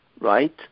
right